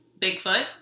Bigfoot